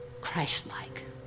Christ-like